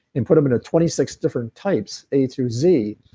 and put them in a twenty six different types a through z,